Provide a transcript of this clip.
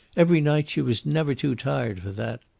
every night she was never too tired for that.